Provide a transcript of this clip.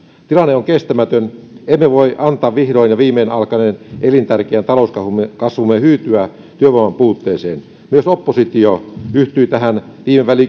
tilanne on kestämätön emme voi antaa vihdoin ja viimein alkaneen elintärkeän talouskasvumme hyytyä työvoiman puutteeseen myös oppositio yhtyi tähän